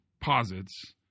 posits